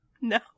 No